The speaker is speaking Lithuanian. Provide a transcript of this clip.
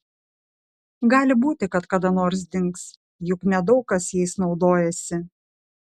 gali būti kad kada nors dings juk nedaug kas jais naudojasi